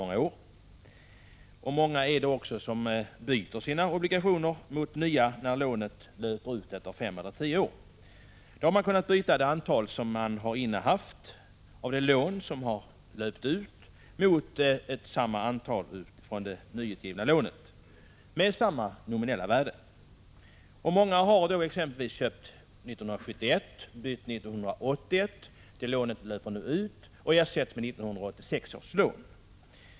Många byter också sina obligationer när lånet löper ut efter fem eller — Prot. 1985/86:142 tio år. Då har man kunnat byta det antal man haft av det lån som löpt ut mot 15 maj 1986 samma antal från det nyutgivna lånet, och då med samma nominella värde. Många köpte exempelvis 1971 och bytte 1981. Nu löper detta lån ut och ersätts med 1986 års lån.